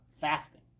fasting